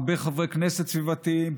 הרבה חברי כנסת סביבתיים,